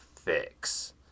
fix